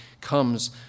comes